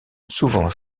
souvent